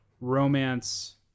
romance